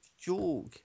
joke